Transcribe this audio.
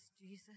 Jesus